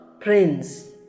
Prince